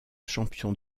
champion